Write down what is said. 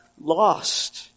lost